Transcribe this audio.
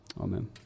amen